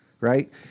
right